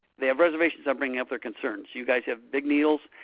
they have reservations on bringing up their concerns. you guys have big needles,